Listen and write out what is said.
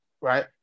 Right